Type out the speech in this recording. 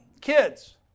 Kids